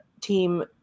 team